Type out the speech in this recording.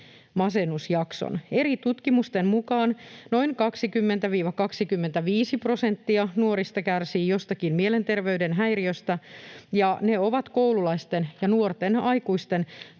masennusjakson. Eri tutkimusten mukaan noin 20–25 prosenttia nuorista kärsii jostakin mielenterveyden häiriöstä, ja ne ovat koululaisten ja nuorten aikuisten